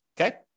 Okay